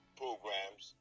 programs